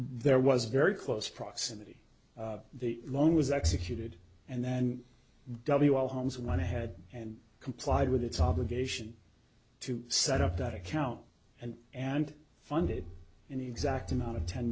there was a very close proximity the long was executed and then w all homes went ahead and complied with its obligation to set up that account and and funded in the exact amount of ten